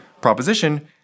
proposition